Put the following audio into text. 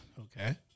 Okay